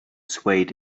swayed